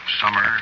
summer